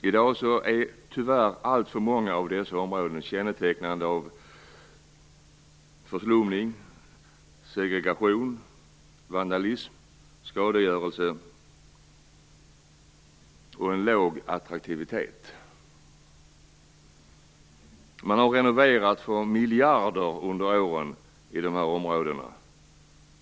I dag kännetecknas tyvärr alltför många av dessa områden av förslumning, segregation, vandalism, skadegörelse och en låg attraktivitet. Man har under åren renoverat för miljarder i dessa områden.